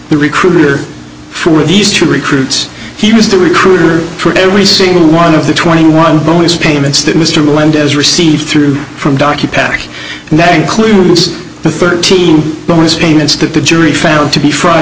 the recruiter for these two recruits he was the recruiter for every single one of the twenty one bonus payments that mr melendez received through from docu pac and that includes the thirteen bonus payments that the jury found to be fr